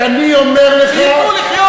אני אומר לך,